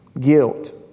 Guilt